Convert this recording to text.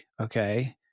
okay